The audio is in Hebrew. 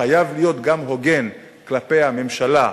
חייב להיות גם הוגן כלפי הממשלה,